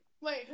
Wait